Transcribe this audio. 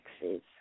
taxes